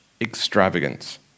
extravagance